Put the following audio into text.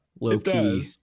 low-key